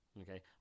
okay